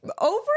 over